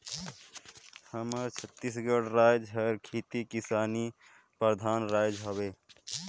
हमर छत्तीसगढ़ राएज हर खेती किसानी परधान राएज हवे